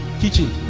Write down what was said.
teaching